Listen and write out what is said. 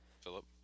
Philip